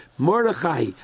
Mordechai